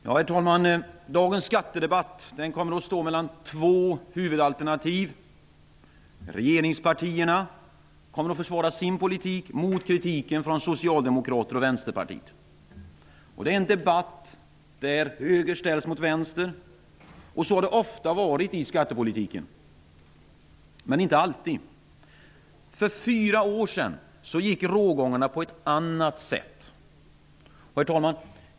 Herr talman! Dagens skattedebatt kommer att stå mellan två huvudalternativ. Regeringspartierna kommer att försvara sin politik mot kritiken från Socialdemokraterna och Vänsterpartiet. Det är en debatt där höger ställs mot vänster. Så har det ofta varit i skattepolitiken, men inte alltid. För fyra år sedan gick rågångarna på ett annat sätt. Herr talman!